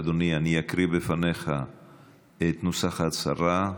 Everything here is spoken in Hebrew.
אדוני, אני אקריא בפניך את נוסח ההצהרה,